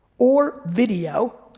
or video,